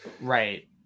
Right